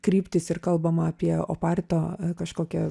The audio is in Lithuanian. kryptys ir kalbama apie oparto kažkokią